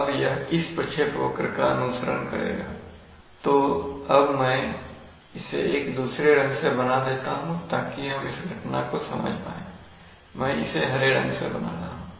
तो अब यह इस प्रक्षेपवक्र का अनुसरण करेगातो अब मैं इसे एक दूसरे रंग से बना देता हूं ताकि हम इस घटना को समझ पाए मैं इसे हरे रंग से बना रहा हूं